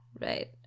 Right